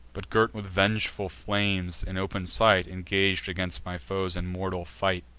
but, girt with vengeful flames, in open sight engag'd against my foes in mortal fight.